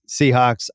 Seahawks